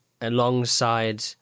alongside